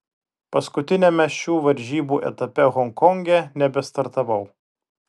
paskutiniame šių varžybų etape honkonge nebestartavau